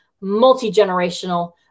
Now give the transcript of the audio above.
multi-generational